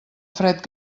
fred